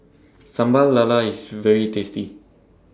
Sambal Lala IS very tasty